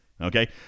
okay